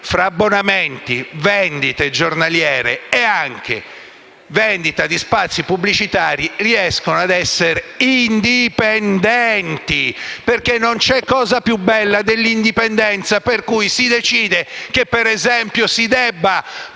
fra abbonamenti, vendite giornaliere e anche di spazi pubblicitari, riescono ad essere indipendenti. Non c'è infatti cosa più bella dell'indipendenza per cui si decide che, per esempio, si debba